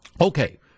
Okay